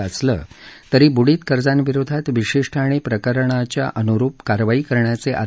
असं असलं तरी बुडीत कर्जांविरोधात विशिष्ट आणि प्रकरणानुरूप कारवाई करण्याचे आर